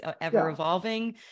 ever-evolving